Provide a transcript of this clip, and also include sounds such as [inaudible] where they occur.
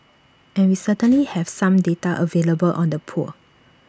and we [noise] certainly have some data available on the poor